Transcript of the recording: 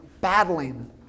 battling